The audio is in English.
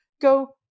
go